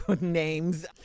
names